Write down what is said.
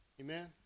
Amen